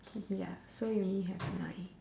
ya so we only have nine